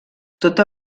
tota